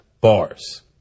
bars